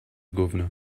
governor